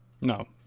no